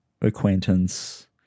acquaintance